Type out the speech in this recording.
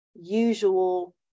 usual